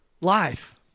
life